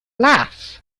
laugh